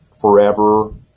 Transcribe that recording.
forever